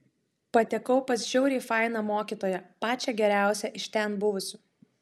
patekau pas žiauriai fainą mokytoją pačią geriausią iš ten buvusių